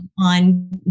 on